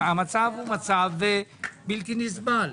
זה מצב בלתי נסבל.